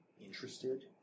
interested